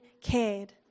cared